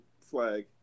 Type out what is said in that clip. flag